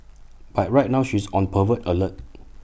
but right now she is on pervert alert